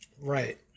Right